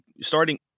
starting